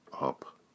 up